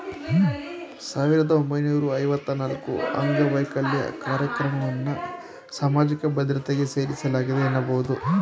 ಸಾವಿರದ ಒಂಬೈನೂರ ಐವತ್ತ ನಾಲ್ಕುಅಂಗವೈಕಲ್ಯ ಕಾರ್ಯಕ್ರಮವನ್ನ ಸಾಮಾಜಿಕ ಭದ್ರತೆಗೆ ಸೇರಿಸಲಾಗಿದೆ ಎನ್ನಬಹುದು